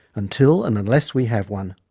until, and unless we have one,